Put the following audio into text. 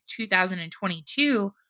2022